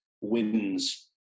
wins